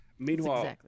Meanwhile